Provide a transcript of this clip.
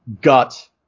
gut